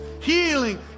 Healing